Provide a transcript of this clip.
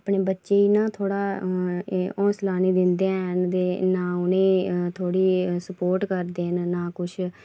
अपने बच्चें गी ना थोह्ड़ा हौंसला नी दिंदे हैन ते ना उ'नेंगी थोह्ड़ी एह् स्पोर्ट करदे न ना कुछ